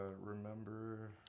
remember